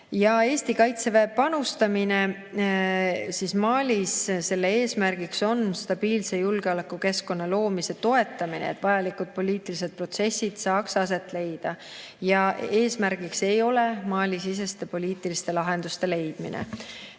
Eesti Kaitseväe panustamise eesmärk on Malis stabiilse julgeolekukeskkonna loomise toetamine, et vajalikud poliitilised protsessid saaksid aset leida. Eesmärk ei ole Mali-siseste poliitiliste lahenduste leidmine.